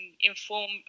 inform